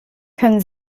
können